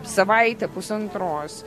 savaitę pusantros